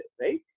right